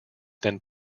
than